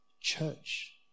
church